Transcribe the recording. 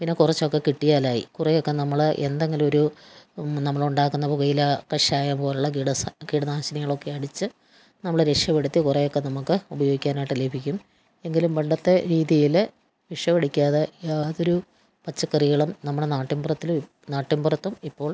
പിന്നെ കുറച്ചൊക്കെ കിട്ടിയാലായി കുറേയൊക്കെ നമ്മൾ എന്തെങ്കിലുമൊരു നമ്മളുണ്ടാക്കുന്ന പുകയില കഷായം പോലുള്ള കീടസ കീടനാശിനികളൊക്കെ അടിച്ച് നമ്മൾ രക്ഷപ്പെടുത്തി കുറേയൊക്കെ നമ്മൾക്ക് ഉപയോഗിക്കാനായിട്ട് ലഭിക്കും എങ്കിലും പണ്ടത്തെ രീതിയിൽ വിഷമടിക്കാതെ യാതൊരു പച്ചക്കറികളും നമ്മുടെ നാട്ടിൻപുറത്തിൽ നാട്ടുമ്പുറത്തും ഇപ്പോൾ